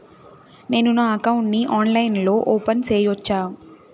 నేను నా అకౌంట్ ని ఆన్లైన్ లో ఓపెన్ సేయొచ్చా?